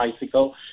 bicycle